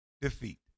defeat